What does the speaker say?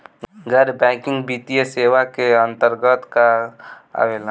गैर बैंकिंग वित्तीय सेवाए के अन्तरगत का का आवेला?